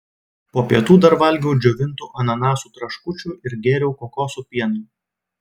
po pietų dar valgiau džiovintų ananasų traškučių ir gėriau kokosų pieno